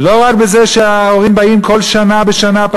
לא רק בזה שההורים באים כל שנה בשנה,